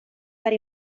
per